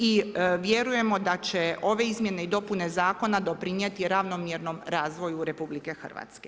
I vjerujemo da će ove izmjene i dopune zakona doprinijeti ravnomjernom razvoju RH.